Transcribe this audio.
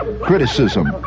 criticism